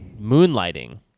moonlighting